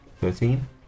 Thirteen